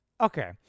Okay